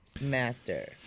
master